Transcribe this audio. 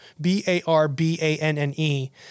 B-A-R-B-A-N-N-E